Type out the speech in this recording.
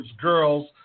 girls